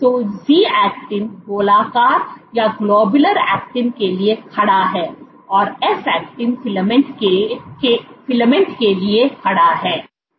तो जी एक्टिन गोलाकार एक्टिन के लिए खड़ा है और एफ एक्टिन फिलामेंट के लिए खड़ा है